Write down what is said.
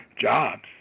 jobs